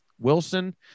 Wilson